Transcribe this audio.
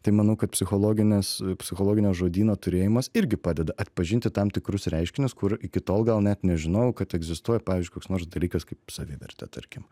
tai manau kad psichologinės psichologinio žodyno turėjimas irgi padeda atpažinti tam tikrus reiškinius kur iki tol gal net nežinojau kad egzistuoja pavyzdžiui koks nors dalykas kaip savivertė tarkim